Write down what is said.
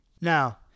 Now